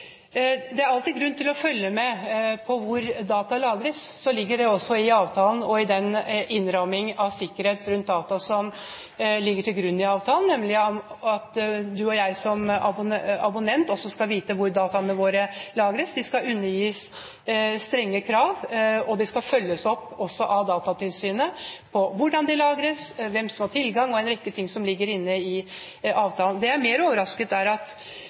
Det er alltid grunn til å følge med på hvor data lagres. Det ligger også i avtalen og i den innramming av datasikkerhet som ligger til grunn for avtalen, nemlig at du og jeg som abonnenter også skal vite hvor dataene våre lagres. De skal undergis strenge krav, og de skal også følges opp av Datatilsynet – hvordan de lagres, hvem skal ha tilgang, og en rekke ting som ligger inne i avtalen. Det som er mer overraskende, er at